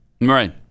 Right